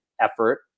effort